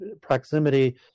proximity